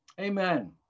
Amen